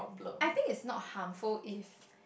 I think it's not harmful if